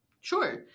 Sure